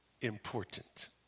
important